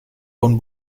von